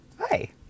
Hi